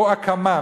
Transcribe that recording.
"או הקמה",